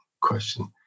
question